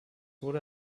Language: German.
wurde